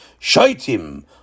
Shaitim